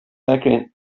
verkligen